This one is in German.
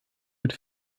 mit